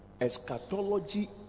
Eschatology